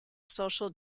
social